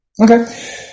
Okay